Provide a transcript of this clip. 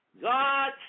God